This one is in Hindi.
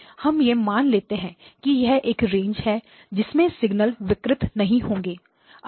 चलिए हम यह मान लेते हैं कि यह एक रेंज है जिससे सिग्नल विकृत नहीं होंगे